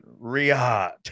Riyadh